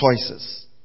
Choices